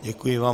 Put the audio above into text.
Děkuji vám.